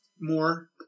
more